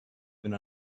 been